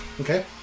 Okay